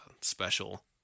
special